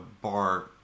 bar